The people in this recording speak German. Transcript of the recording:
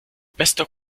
bester